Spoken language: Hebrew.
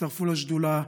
הצטרפו לשדולה,